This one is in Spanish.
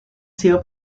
sido